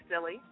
silly